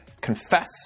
confess